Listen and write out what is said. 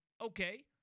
okay